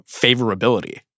favorability